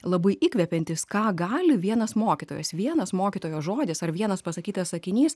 labai įkvepiantis ką gali vienas mokytojas vienas mokytojo žodis ar vienas pasakytas sakinys